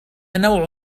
نوع